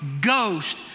ghost